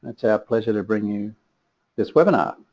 it's our pleasure to bring you this webinar.